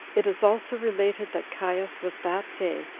it is also related that caius was that day,